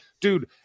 dude –